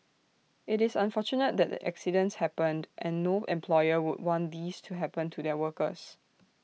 IT is unfortunate that the accidents happened and no employer would want these to happen to their workers